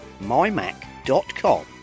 mymac.com